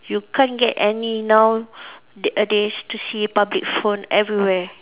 you can't get any nowadays to see public phone everywhere